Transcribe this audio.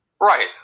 Right